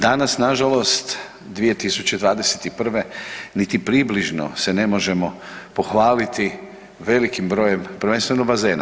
Danas nažalost 2021. niti približno se ne možemo pohvaliti velikim brojem prvenstveno bazena.